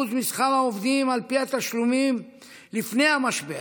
משכר העובדים על פי התשלומים לפני המשבר,